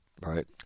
right